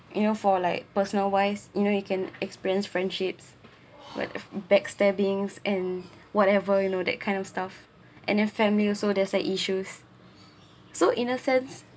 you know for like personal wise you know you can experience friendships but back stabbings and whatever you know that kind of stuff and your family also there's like issues so innocence